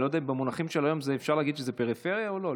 אני לא יודע אם במונחים של היום אפשר להגיד שזה פריפריה או לא.